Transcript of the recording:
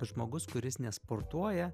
žmogus kuris nesportuoja